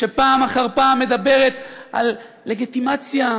שפעם אחר פעם מדברת על לגיטימציה,